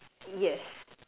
yes